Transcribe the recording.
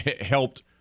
helped